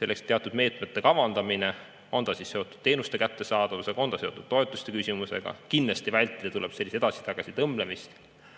selleks teatud meetmete kavandamine, on see seotud teenuste kättesaadavusega, on see seotud toetuste küsimusega. Kindlasti tuleb vältida edasi-tagasi tõmblemist. Aga